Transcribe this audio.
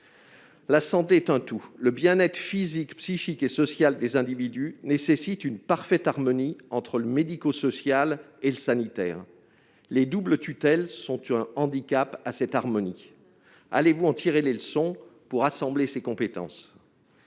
La santé est un tout. Le bien-être physique, psychique et social des individus nécessite une parfaite harmonie entre le médico-social et le sanitaire. Les doubles tutelles sont un handicap pour cette harmonie. Monsieur le ministre, en tirerez-vous les leçons pour rassembler ces compétences ?